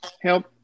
Help